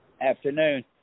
afternoon